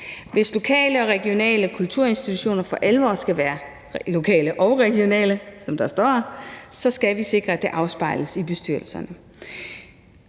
Hvis lokale og regionale kulturinstitutioner for alvor skal være lokale og regionale, som der står, så skal vi sikre, at det afspejles i bestyrelserne.